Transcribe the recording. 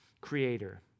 creator